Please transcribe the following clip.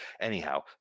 Anyhow